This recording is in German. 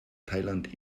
thailand